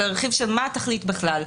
הרכיב של מה התכלית בכלל.